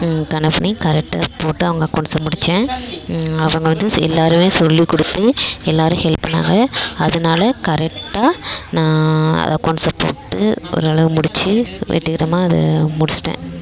கணக்கு பண்ணி கரெக்ட்டாக போட்டு அவங்க அக்கௌண்ட்ஸ் முடிச்சேன் அவங்க வந்து ஸோ எல்லாருமே சொல்லிக்கொடுத்து எல்லாரும் ஹெல்ப் பண்ணாங்க அதனால கரெக்ட்டாக நான் அக்கௌண்ட்ஸ் போட்டு ஓரளவு முடிச்சு வெற்றிகரமாக அதை முடிச்சுட்டேன்